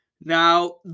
Now